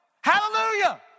Hallelujah